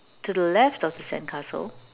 to the left of the sandcastle